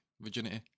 Virginity